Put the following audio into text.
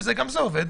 וגם זה עובד,